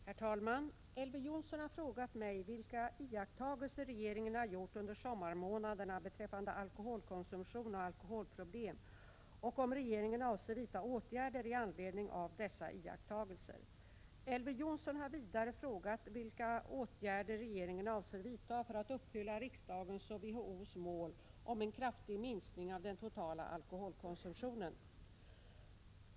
Herr talman! Elver Jonsson har frågat mig vilka iakttagelser regeringen har gjort under sommarmånaderna beträffande alkoholkonsumtion och alkoholproblem och om regeringen avser vidta åtgärder i anledning av dessa iakttagelser. Elver Jonsson har vidare frågat vilka åtgärder regeringen avser vidta för att uppfylla riksdagens och WHO:s mål om en kraftig minskning av den totala alkoholkonsumtionen.